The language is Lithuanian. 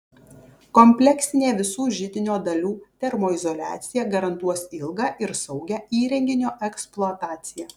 kompleksinė visų židinio dalių termoizoliacija garantuos ilgą ir saugią įrenginio eksploataciją